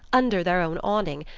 under their own awning,